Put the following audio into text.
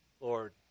Lord